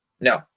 No